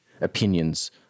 opinions